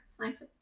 nice